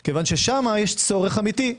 כי שם יש צורך אמיתי.